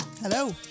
Hello